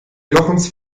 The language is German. jochens